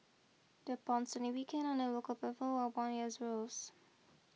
the Pound sterling weakened on the local platform while bond yields rose